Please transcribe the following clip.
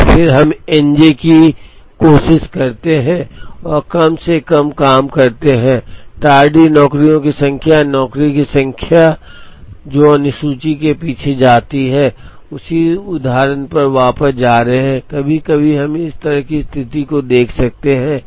और फिर हम N j की कोशिश करते हैं और कम से कम करते हैं टार्डी नौकरियों की संख्या या नौकरियों की संख्या जो अनुसूची के पीछे जाते हैं उसी उदाहरण पर वापस जा रहे हैं कभी कभी हम इस तरह की स्थिति को भी देख सकते हैं